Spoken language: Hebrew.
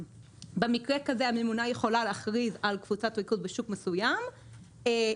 במקרה כזה הממונה יכולה להכריז על קבוצת ריכוז בשוק מסוים אם